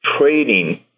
trading